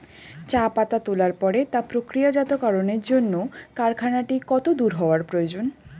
চা পাতা তোলার পরে তা প্রক্রিয়াজাতকরণের জন্য কারখানাটি কত দূর হওয়ার প্রয়োজন?